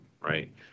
right